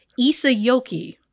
Isayoki